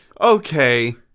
Okay